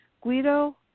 Guido